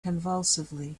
convulsively